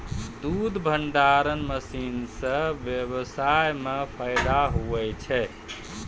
दुध भंडारण मशीन से व्यबसाय मे फैदा हुवै छै